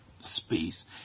space